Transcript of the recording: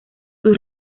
sus